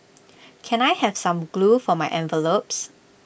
can I have some glue for my envelopes